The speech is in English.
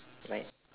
like